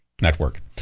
network